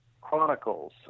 chronicles